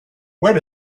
where